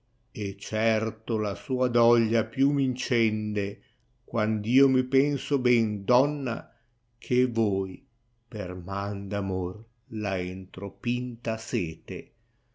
e certo la sua doglia più m incende quand io mi penso ben donna che voi per man d amor là entro pinta sete